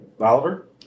Oliver